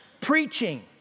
preaching